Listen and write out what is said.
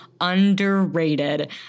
underrated